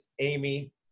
Amy